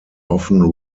often